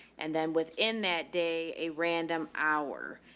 and then within that day, a random hour.